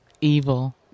Evil